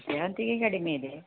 ಸೇವಂತಿಗೆ ಕಡಿಮೆ ಇದೆ